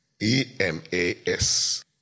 E-M-A-S